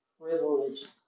privileged